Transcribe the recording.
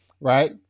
right